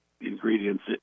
ingredients